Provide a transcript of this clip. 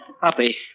Puppy